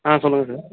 ஆ சொல்லுங்கள் சார்